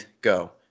go